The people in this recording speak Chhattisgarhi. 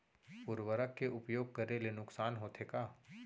उर्वरक के उपयोग करे ले नुकसान होथे का?